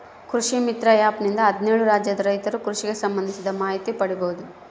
ಕೃಷಿ ಮಿತ್ರ ಆ್ಯಪ್ ನಿಂದ ಹದ್ನೇಳು ರಾಜ್ಯದ ರೈತರು ಕೃಷಿಗೆ ಸಂಭಂದಿಸಿದ ಮಾಹಿತಿ ಪಡೀಬೋದು